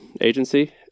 agency